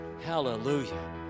hallelujah